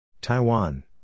Taiwan